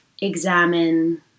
examine